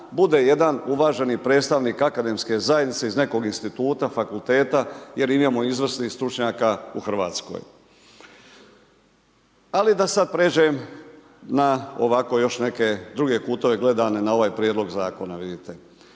bude jedan uvaženi predstavnik akademske zajednice iz nekog instituta, fakulteta jer imamo izvrsnih stručnjaka u RH. Ali, sada da pređem na ovako još neke kutove gledane na ovaj Prijedlog zakona, vidite.